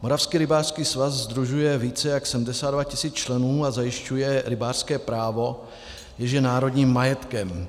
Moravský rybářský svaz sdružuje více jak 72 tis. členů a zajišťuje rybářské právo, jež je národním majetkem.